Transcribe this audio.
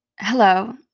Hello